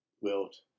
Wilt